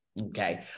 Okay